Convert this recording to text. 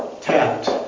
tapped